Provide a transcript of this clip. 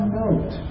note